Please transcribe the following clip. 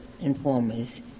informers